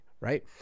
right